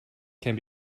can